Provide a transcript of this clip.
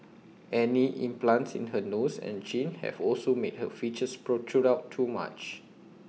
any implants in her nose and chin have also made her features protrude out too much